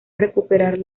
recuperar